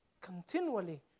continually